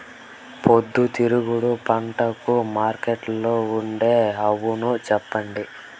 పొద్దుతిరుగుడు పంటకు మార్కెట్లో ఉండే అవును చెప్పండి?